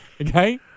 Okay